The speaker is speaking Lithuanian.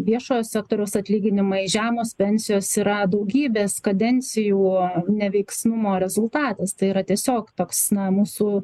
viešojo sektoriaus atlyginimai žemos pensijos yra daugybės kadencijų neveiksnumo rezultatas tai yra tiesiog toks na mūsų